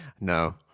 no